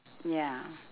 ya